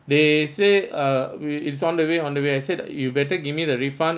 they say uh we it's on the way on the way I said you better give me the refund